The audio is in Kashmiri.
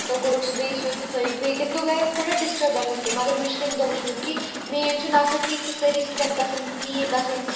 تہٕ کوٛرُک سُہ بیٚیہِ سٮ۪ود تہٕ تھٲیِک بیٚیہِ تَمہِ دۄہ گٔے اَتھ تھوڑا دِسٹٔربَنٕس تہِ مگر مےٚ چھُ تَمہِ دۄہ وُچھمُت کہِ مین چھپنہٕ آسان کیٚنٛہہ کہِ سٲری سِٹٮ۪پ گَژَن ٹھیک گَژھٕنۍ